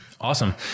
Awesome